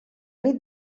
nit